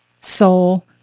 soul